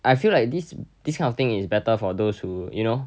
I feel like this this kind of thing is better for those who you know